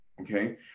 Okay